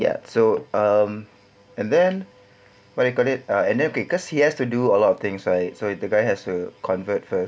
ya so um and then what you call it ah then okay cause he has to do a lot of things right so the guy has to convert first